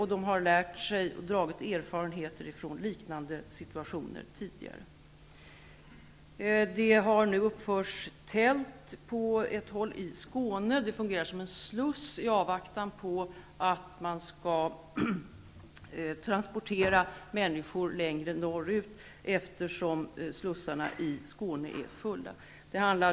Man har dragit lärdom av erfarenheter från liknande situationer tidigare. Det har nu uppförts tält på en ort i Skåne, som fungerar som en sluss i avvaktan på att människorna skall transporteras längre norrut, eftersom slussarna i Skåne är fullbelagda.